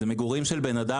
אלה מגורים של בן אדם,